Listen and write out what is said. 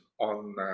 on